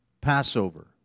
Passover